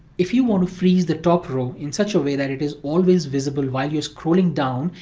if you want to freeze the top row in such a way that it is always visible while you're scrolling down,